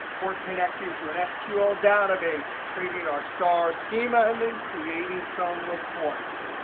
or connecting to an sql database, creating our star schema, and then creating some reports.